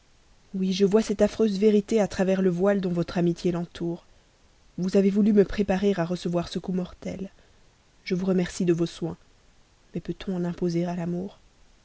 oui je vois cette affreuse vérité à travers le voile dont votre amitié l'entoure vous avez voulu me préparer à recevoir ce coup mortel je vous remercie de vos soins mais peut-on en imposer à l'amour